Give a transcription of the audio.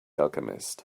alchemist